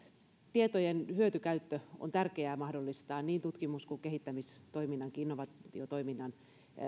tietojen hyötykäyttö on tärkeää mahdollistaa niin tutkimus kuin kehittämistoiminnankin innovaatiotoiminnan